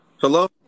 Hello